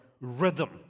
rhythm